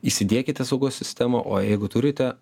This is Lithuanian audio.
įsidiekite saugos sistemą o jeigu turite